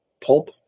Pulp